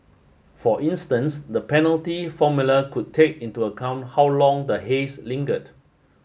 for instance the penalty formula could take into account how long the haze lingered